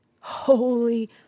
Holy